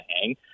hang